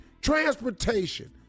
transportation